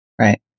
Right